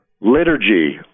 liturgy